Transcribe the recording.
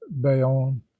bayonne